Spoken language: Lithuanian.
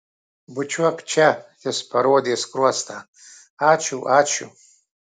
bučiuok čia jis parodė skruostą ačiū ačiū